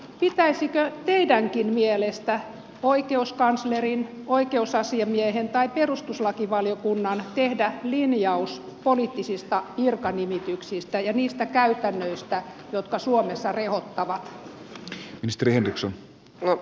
pitäisikö teidänkin mielestänne oikeuskanslerin oikeusasiamiehen tai perustuslakivaliokunnan tehdä linjaus poliittisista virkanimityksistä ja niistä käytännöistä jotka suomessa rehottavat